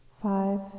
Five